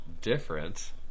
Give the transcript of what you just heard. different